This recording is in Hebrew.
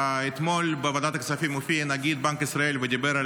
אתמול הופיע נגיד בנק ישראל בוועדת הכספים ודיבר על